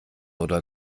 oder